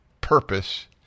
purpose